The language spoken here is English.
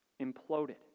imploded